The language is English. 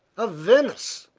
of venice,